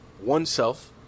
oneself